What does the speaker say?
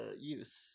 use